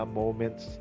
moments